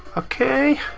ok.